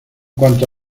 cuanto